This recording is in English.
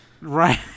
Right